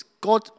God